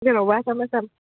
जेरावबो आसाम आसाम